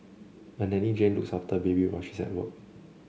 a nanny Jane looks after her baby while she's at work